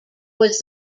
was